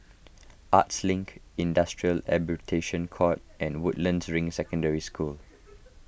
Arts Link Industrial Arbitration Court and Woodlands Ring Secondary School